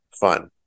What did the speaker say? fun